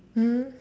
hello